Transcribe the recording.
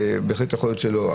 בהחלט יכול להיות שלא היה צריך.